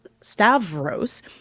Stavros